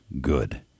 good